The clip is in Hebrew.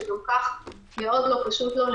שגם כך מאוד לא פשוט לו,